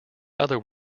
other